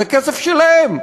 זה כסף שלהם.